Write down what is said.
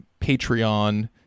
Patreon